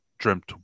dreamt